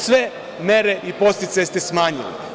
Sve mere i podsticaje ste smanjili.